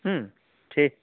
ᱴᱷᱤᱠ